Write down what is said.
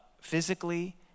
physically